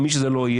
או מי שזה יהיה,